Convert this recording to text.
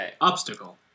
obstacle